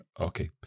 Okay